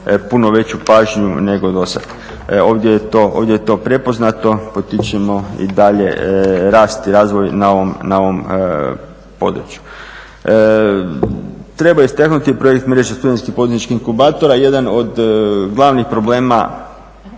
puno veću pažnju nego do sad. Ovdje je to prepoznato. Potičemo i dalje rast i razvoj na ovom području. Treba istaknuti projekt mreže studentskih poduzetničkih inkubatora, jedan od glavnih problema